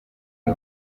iyo